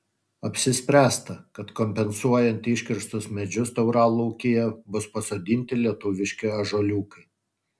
apsispręsta kad kompensuojant iškirstus medžius tauralaukyje bus pasodinti lietuviški ąžuoliukai